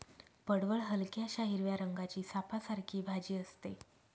पडवळ हलक्याशा हिरव्या रंगाची सापासारखी भाजी असते